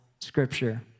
scripture